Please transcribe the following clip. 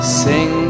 sing